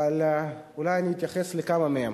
אולי אני אתייחס לכמה מהם.